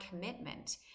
commitment